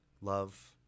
love